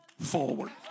forward